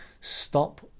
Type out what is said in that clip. stop